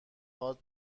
هات